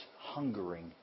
hungering